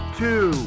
two